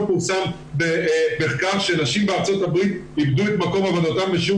פורסם מחקר שנשים בארצות הברית איבדו את מקום עבודתם בשיעור